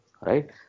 Right